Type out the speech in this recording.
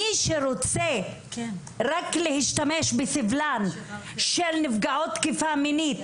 מי שרוצה רק להשתמש בסבלן של נפגעות תקיפה מינית